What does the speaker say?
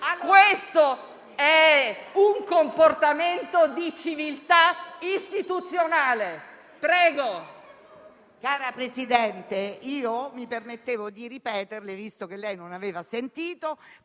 Questo è un comportamento di civiltà istituzionale. Prego,